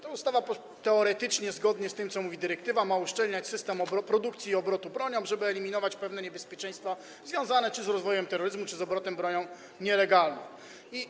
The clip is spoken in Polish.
Ta ustawa teoretycznie, zgodnie z tym, co mówi dyrektywa, ma uszczelniać system produkcji broni i obrotu bronią, żeby eliminować pewne niebezpieczeństwa związane z rozwojem terroryzmu czy obrotem nielegalną bronią.